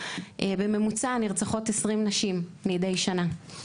בממוצע נרצחות 20 נשים מדי שנה.